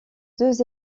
deux